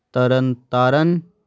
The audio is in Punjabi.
ਤਰਨ ਤਾਰਨ